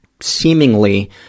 seemingly –